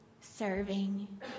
serving